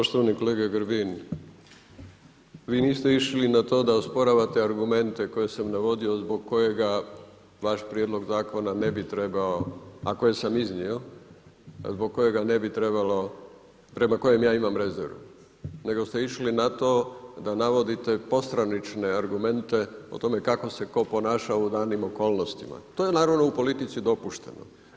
Poštovani kolega Grbin, vi niste išli na to da osporavate argumente koje sam navodio zbog kojega vaš prijedlog zakon ne bi trebao a koje sam iznio, zbog kojega ne trebalo, prema kojem ja imam rezervu, nego ste išli na to da navodite postranične argumente o tome kako se tko ponašao u danim okolnostima, to je naravno u politici dopušteno.